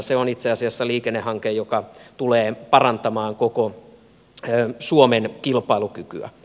se on itse asiassa liikennehanke joka tulee parantamaan koko suomen kilpailukykyä